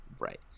Right